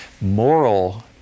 moral